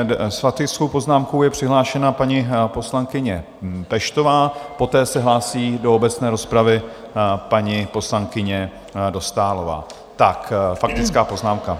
S faktickou poznámkou je přihlášena paní poslankyně Peštová, poté se hlásí do obecné rozpravy paní poslankyně Dostálová, faktická poznámka.